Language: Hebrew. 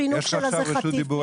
הפינוק שלה זה חטיף.